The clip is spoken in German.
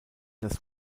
das